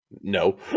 No